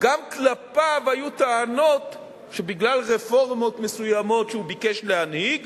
גם כלפיו היו טענות שבגלל רפורמות מסוימות שהוא ביקש להנהיג